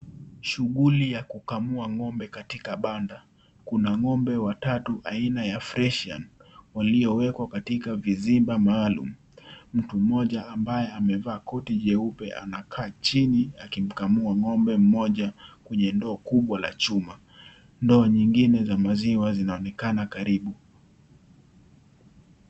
Shughuli ya kukamua ng'ombe katika banda. Kuna ng'ombe watatu aina ya freshini waliowekwa katika visimba maalum. Mtu mmoja ambaye amevaa koti jeupe anakaa chini akimkamua ng'ombe mmoja kwenye ndoa kubwa la chuma. Ndoa nyingine za maziwa zinaonekana karibu.